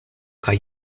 kaj